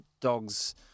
dogs